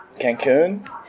Cancun